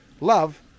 Love